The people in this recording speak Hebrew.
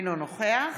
אינו נוכח